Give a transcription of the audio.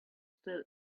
still